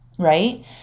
Right